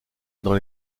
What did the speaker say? dans